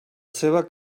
seva